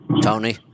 Tony